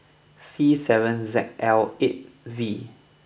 C seven Z L eight V